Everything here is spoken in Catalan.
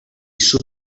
sud